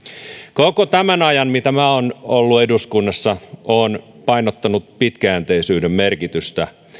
koko tämän ajan mitä minä olen ollut eduskunnassa olen painottanut pitkäjänteisyyden merkitystä